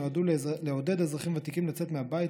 שנועדו לעודד אזרחים ותיקים לצאת מהבית,